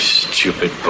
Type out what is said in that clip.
stupid